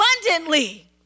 abundantly